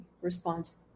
response